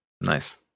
nice